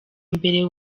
mbere